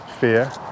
fear